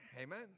Amen